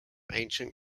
ancient